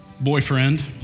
boyfriend